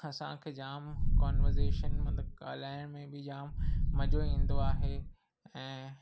असांखे जाम कोन्वर्जेशन मतलबु ॻाल्हाइण में बि जाम मज़ो ईंदो आहे ऐं